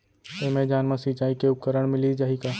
Amazon मा सिंचाई के उपकरण मिलिस जाही का?